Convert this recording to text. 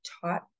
taught